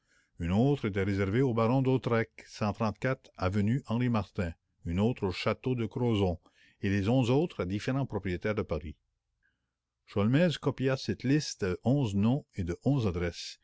une autre était réservée au baron dhautois avenue henri martin une autre au château de crozon et les onze autres à différents propriétaires de paris sholmès copia cette liste de onze noms et de onze adresses